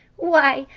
why,